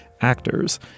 actors